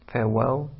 Farewell